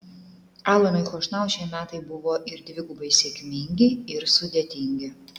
alanui chošnau šie metai buvo ir dvigubai sėkmingi ir sudėtingi